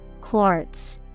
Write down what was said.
Quartz